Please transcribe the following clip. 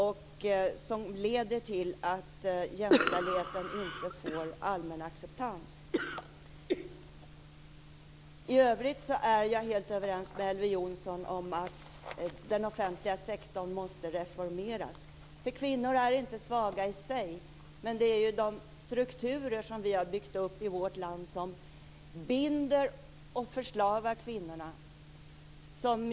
De leder också till att jämställdheten inte får allmän acceptans. I övrigt är jag helt överens med Elver Jonsson om att den offentliga sektorn måste reformeras. Kvinnor är inte svaga i sig, men det är de strukturer som vi har byggt upp i vårt land som binder och förslavar kvinnorna.